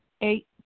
Eight